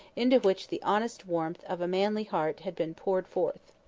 into which the honest warmth of a manly heart had been poured forth.